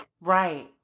Right